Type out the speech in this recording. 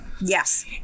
Yes